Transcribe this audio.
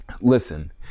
listen